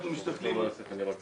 רק לדייק.